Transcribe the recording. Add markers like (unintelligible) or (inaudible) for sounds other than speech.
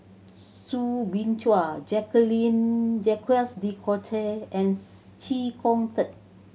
Soo Bin Chua (unintelligible) Jacques De Coutre and (unintelligible) Chee Kong Tet